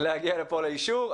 להגיע לפה לאישור.